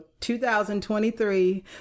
2023